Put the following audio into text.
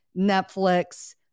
Netflix